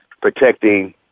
protecting